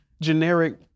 generic